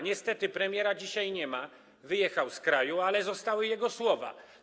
Niestety premiera dzisiaj nie ma, wyjechał z kraju, ale zostały jego słowa.